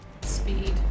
speed